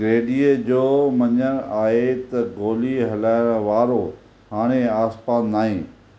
डैडीअ जो मञणु आहे त गोली हलायणु वारो हाणे आसिपासि नाहे